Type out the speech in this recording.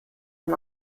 man